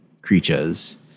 creatures